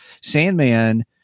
Sandman